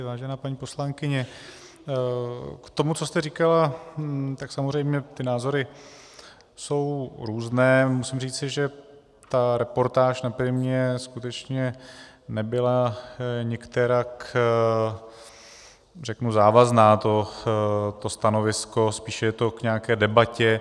Vážená paní poslankyně, k tomu, co jste říkala, tak samozřejmě ty názory jsou různé, musím říci, že ta reportáž na Primě skutečně nebyla nikterak závazná, to stanovisko, spíše je to k nějaké debatě.